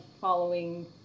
following